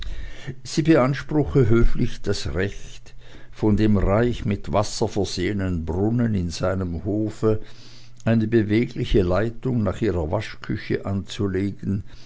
sie beanspruchte höflich das recht von dem reich mit wasser versehenen brunnen in seinem hofe eine bewegliche leitung nach ihrer waschküche anzulegen